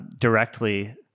directly